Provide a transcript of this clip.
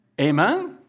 Amen